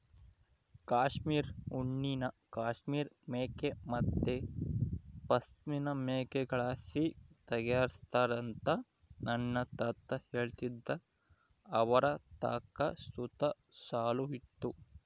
ಕಾಶ್ಮೀರ್ ಉಣ್ಣೆನ ಕಾಶ್ಮೀರ್ ಮೇಕೆ ಮತ್ತೆ ಪಶ್ಮಿನಾ ಮೇಕೆಗುಳ್ಳಾಸಿ ತಯಾರಿಸ್ತಾರಂತ ನನ್ನ ತಾತ ಹೇಳ್ತಿದ್ದ ಅವರತಾಕ ಸುತ ಶಾಲು ಇತ್ತು